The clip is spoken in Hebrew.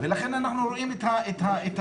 ולכן אנחנו רואים את הסגירות.